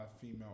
female